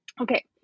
okay